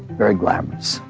very glamorous.